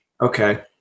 Okay